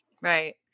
Right